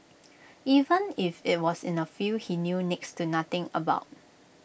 even if IT was in A field he knew next to nothing about